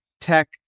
tech